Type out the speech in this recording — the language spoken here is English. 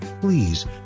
Please